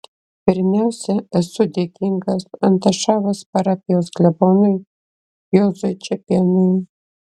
pirmiausia esu dėkingas antašavos parapijos klebonui juozui čepėnui